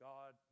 God